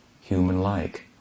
human-like